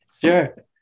Sure